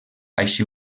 així